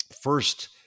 first